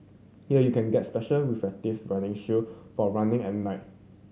here you can get special reflective running shoe for running at night